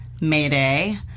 Mayday